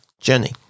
journey